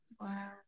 Wow